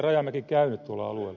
rajamäki käynyt tuolla alueella